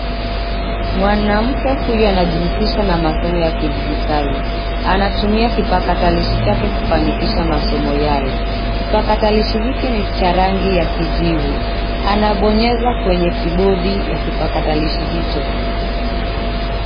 Mwanamke huyu anajihusisha na masomo ya kidigitali. Anatumia kipakatilishi chake kufanikisha masomo yale. Kipakatalishi hiki ni cha rangi ya kijivu. Anabonyeza kwenye kibodi ya kipakatalishi hicho.